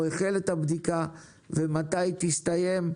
או החל את הבדיקה ומתי היא תסתיים,